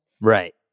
Right